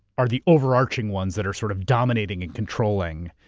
are the over-arching ones that are sort of dominating and controlling,